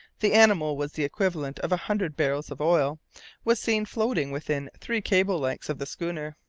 the animal was the equivalent of a hundred barrels of oil was seen floating within three cables' lengths of the schooner.